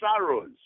sorrows